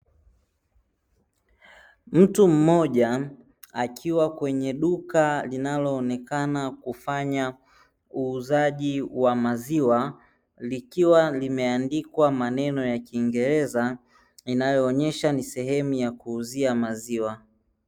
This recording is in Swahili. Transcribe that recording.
Mtu mmoja akiwa kwenye duka linaloonekana kufanya uuzaji wa maziwa likiwa limeandikwa maneno ya kiingereza, inayoonesha ni sehemu ya kuuzia maziwa.